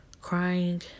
crying